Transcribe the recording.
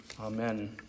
amen